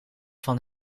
van